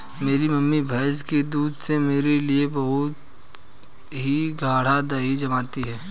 मेरी मम्मी भैंस के दूध से मेरे लिए बहुत ही गाड़ा दही जमाती है